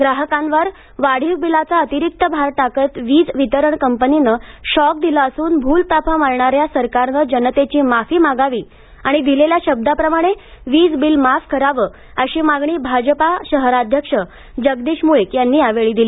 ग्राहकांवर वाढीव बिलांचा अतिरिक्त भार टाकत वीज वितरण कंपनीनं शॉक दिला असून भूलथापा मारणाऱ्या सरकारने जनतेची माफी मागावी आणि दिलेल्या शब्दाप्रमाणे वीज बिल माफ करावं अशी मागणी भाजपा शहराध्यक्ष जगदीश म्ळीक यांनी यावेळी केली